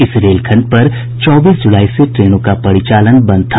इस रेलखंड पर चौबीस जुलाई से ट्रेनों का परिचालन बंद है